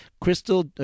Crystal